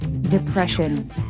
depression